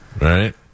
right